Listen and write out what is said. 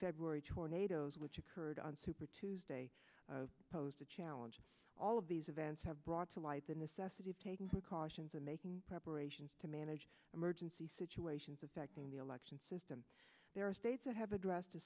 february tornadoes which occurred on super tuesday posed a challenge all of these events have brought to light the necessity of taking precautions and making preparations to manage emergency situations affecting the election system there are states that have addressed to